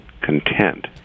content